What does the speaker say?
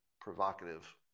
provocative